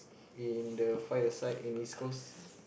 in the fight aside in East Coast